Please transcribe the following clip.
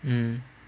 mm